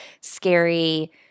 scary